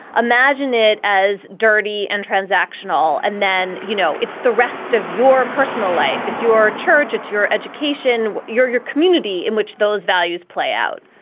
imagine it as dirty and transactional. and then, you know, it's the rest of your personal life, it's your church, it's your education, you're your community in which those values play out.